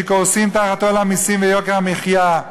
שקורסים תחת עול המסים ויוקר המחיה.